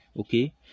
Okay